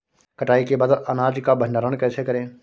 कटाई के बाद अनाज का भंडारण कैसे करें?